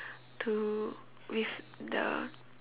to with the